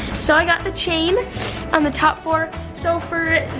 so i got the chain on the top four, so for,